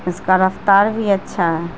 اس کا رفتار بھی اچھا ہے